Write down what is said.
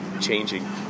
changing